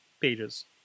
pages